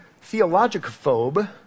theologic-phobe